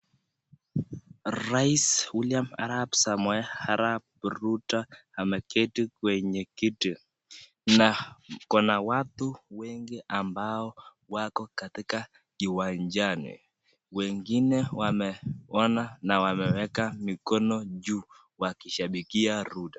Rais William Arap Somei Arap Ruto ameketi kwenye kiti na kuna watu wengi ambao wako katika kiwanjani, wengine wameona na wameweka mikono juu wakishabikia Ruto.